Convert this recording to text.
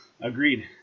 Agreed